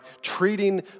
treating